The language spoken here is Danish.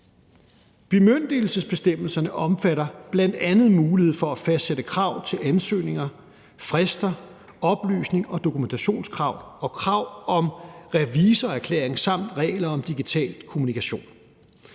Bemyndigelsesbestemmelserne omfatter bl.a. mulighed for at fastsætte krav til ansøgninger, frister, oplysning og dokumentationskrav og krav om revisorerklæring samt regler om digital kommunikation.